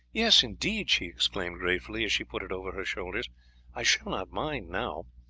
yes, indeed, she exclaimed gratefully, as she put it over her shoulders i shall not mind now.